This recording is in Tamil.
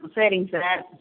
சரிங்க சார்